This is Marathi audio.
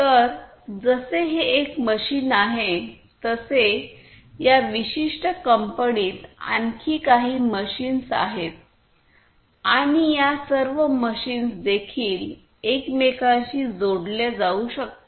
तरजसे हे एक मशीन आहे असे या विशिष्ट कंपनीत आणखी काही मशीन्स आहेत आणि या सर्व मशीन देखील एकमेकांशी जोडले जाऊ शकतात